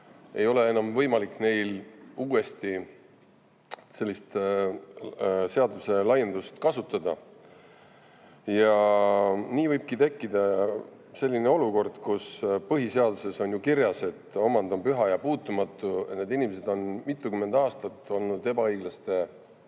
ei ole enam võimalik [uue] seaduse laiendust kasutada. Nii võibki tekkida selline olukord – kuigi põhiseaduses on kirjas, et omand on püha ja puutumatu –, et need inimesed on mitukümmend aastat olnud ebaõiglaste